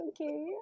okay